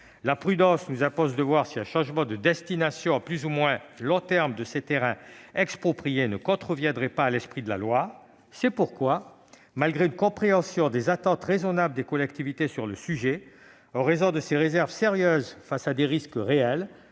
La prudence nous impose de voir si un changement de destination à plus ou moins long terme de ces terrains expropriés ne contreviendrait pas à l'esprit de la loi. C'est pourquoi, malgré une compréhension des attentes raisonnables des collectivités sur le sujet, en raison de ces réserves sérieuses face à des risques réels,